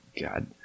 God